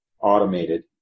automated